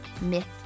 myth